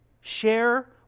Share